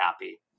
happy